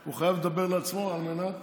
הוא חייב לדבר לעצמו, על מנת